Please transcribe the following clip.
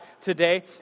today